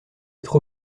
être